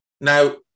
Now